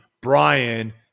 Brian